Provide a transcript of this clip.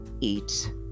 eat